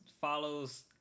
follows